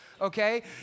okay